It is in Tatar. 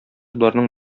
боларның